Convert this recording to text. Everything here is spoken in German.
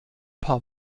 paar